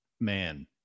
man